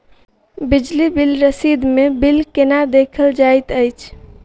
बिजली बिल रसीद मे बिल केना देखल जाइत अछि?